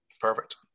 perfect